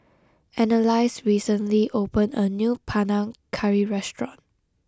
Annalise recently opened a new Panang Curry restaurant